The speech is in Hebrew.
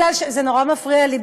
זה נורא מפריע לי,